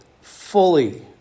fully